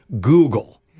Google